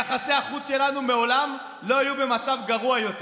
יחסי החוץ שלנו מעולם לא היו במצב גרוע יותר,